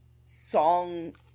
song